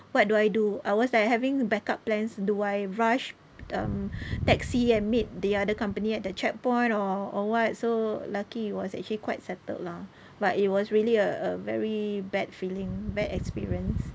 what do I do I was like having backup plans do I rush um taxi and meet the other company at the checkpoint or or what so lucky it was actually quite settled lah but it was really a a very bad feeling bad experience